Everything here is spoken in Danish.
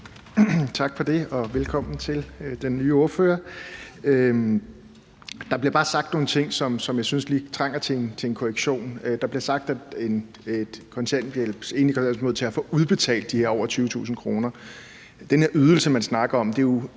Tak for det, og velkommen til den nye ordfører. Der bliver bare sagt nogle ting, som jeg synes lige trænger til en korrektion. Der bliver sagt, at en enlig kontanthjælpsmodtager får udbetalt de her over 20.000 kr. Den her ydelse, man snakker om, er jo